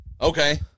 Okay